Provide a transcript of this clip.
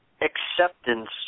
acceptance